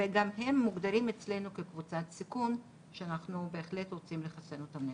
וגם הם מוגדרים אצלנו כקבוצת סיכון שאנחנו בהחלט רוצים לחסן אותם.